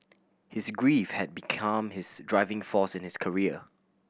his grief had become his driving force in his career